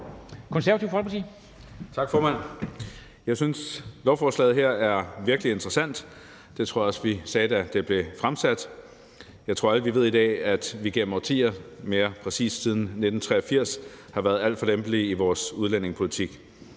Knuth (KF): Tak, formand. Jeg synes, lovforslaget her er virkelig interessant. Det tror jeg også vi sagde, da det blev fremsat. Jeg tror, vi alle i dag ved, at vi gennem årtier – mere præcist siden 1983 – har været alt for lempelige i vores udlændingepolitik.